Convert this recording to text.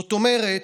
זאת אומרת,